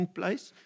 place